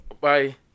bye